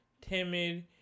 timid